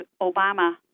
Obama